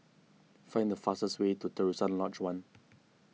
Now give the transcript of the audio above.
find the fastest way to Terusan Lodge one